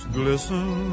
glisten